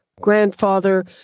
grandfather